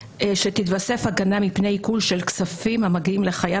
שתתווסף הגנה מפני עיקול של כספים המגיעים לחייב